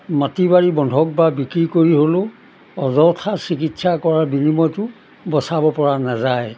মাটি বাৰী বন্ধক বা বিক্ৰী কৰি হ'লেও অযথা চিকিৎসা কৰাৰ বিনিময়তো বচাব পৰা নাযায়